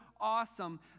awesome